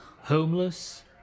Homeless